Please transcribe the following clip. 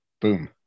Boom